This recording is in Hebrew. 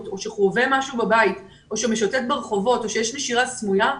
או הוא חווה משהו בבית או שמשוטט ברחובות או שיש נשירה סמויה,